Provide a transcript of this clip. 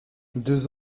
deux